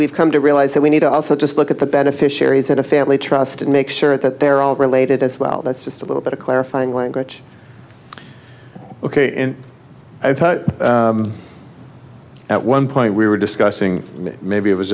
we've come to realize that we need to also just look at the beneficiaries in a family trust and make sure that they're all related as well that's just a little bit of clarifying language ok i thought at one point we were discussing maybe it was